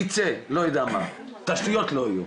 ייצא, לא יודע מה, תשתיות לא יהיה.